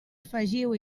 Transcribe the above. afegiu